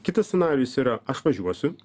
kitas scenarijus yra aš važiuosiu